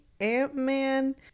Ant-Man